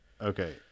Okay